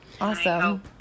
awesome